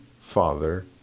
father